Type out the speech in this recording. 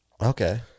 Okay